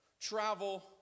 travel